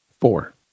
Four